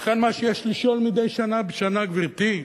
ולכן מה שיש לשאול מדי שנה בשנה, גברתי,